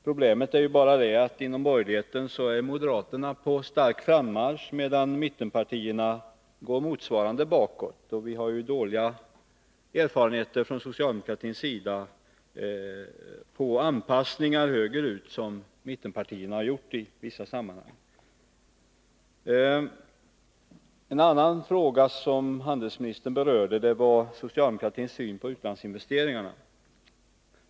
Problemet är bara det att inom borgerligheten är moderaterna på stark frammarsch medan mittenpartierna i motsvarande mån går bakåt. Vi har från socialdemokratins sida dåliga erfarenheter av de anpassningar åt höger som mittenpartierna har gjort i vissa sammanhang. En annan fråga som handelsministern berörde var socialdemokratins syn på utlandsinvesteringarna.